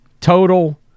total